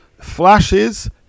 flashes